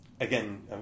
Again